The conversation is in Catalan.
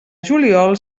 juliol